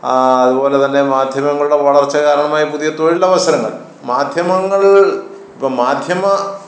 അതുപോലെ തന്നെ മാധ്യമങ്ങളുടെ വളർച്ച കാരണമായി പുതിയ തൊഴിലവസരങ്ങൾ മാധ്യമങ്ങൾ ഇപ്പോള് മാധ്യമ